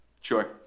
sure